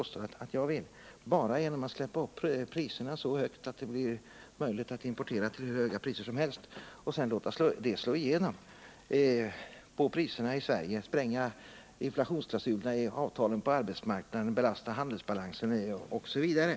Han säger att jag skulle ha förordat att man löst problemen bara genom att släppa upp priserna så högt att det blivit möjligt att importera till hur höga priser som helst, och sedan skulle man låta detta slå igenom på att trygga tillgången på olja att trygga tillgången på olja priserna i Sverige, spränga inflationsklausulerna i avtalen på arbetsmarknaden, belasta handelsbalansen, osv.